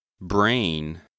Brain